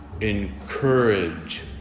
encourage